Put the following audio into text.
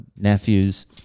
nephews